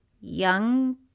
young